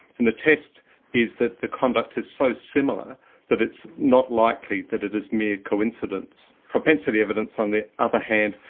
and the test is that the conduct is so similar that it's not likely that it is mere coincidence. propensity evidence, on the other hand,